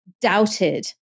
doubted